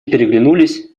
переглянулись